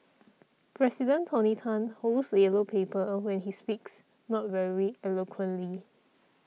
President Tony Tan holds a yellow paper when he speaks not very eloquently